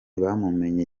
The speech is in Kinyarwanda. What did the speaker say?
bamumenyeye